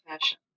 fashion